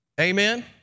Amen